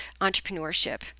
entrepreneurship